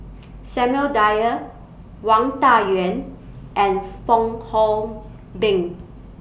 Samuel Dyer Wang Dayuan and Fong Hoe Beng